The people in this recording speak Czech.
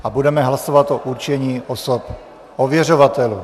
A budeme hlasovat o určení osob ověřovatelů.